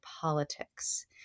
politics